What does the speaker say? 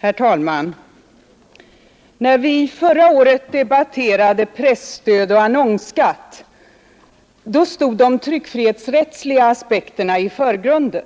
Herr talman! När vi förra året debatterade presstöd och annonsskatt Onsdagen den stod de tryckfrihetsrättsliga aspekterna i förgrunden.